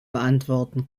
beantworten